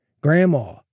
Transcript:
Grandma